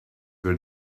were